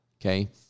Okay